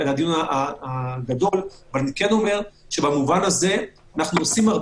ולכן אני רוצה לשים גם את זה